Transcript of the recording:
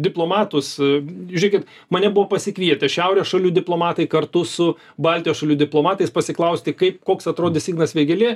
diplomatus žiūrėkit mane buvo pasikvietę šiaurės šalių diplomatai kartu su baltijos šalių diplomatais pasiklausti kaip koks atrodys ignas vėgėlė